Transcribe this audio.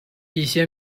一些